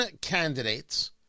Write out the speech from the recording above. candidates